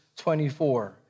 24